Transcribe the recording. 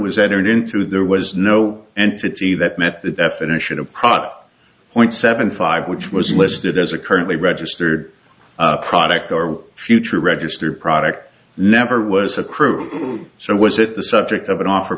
was entered into there was no entity that met the definition of profit point seven five which was listed as a currently registered product our future register product never was a crude so was it the subject of an offer